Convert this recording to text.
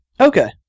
Okay